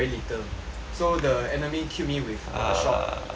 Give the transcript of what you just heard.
so the enemy killed me with a shot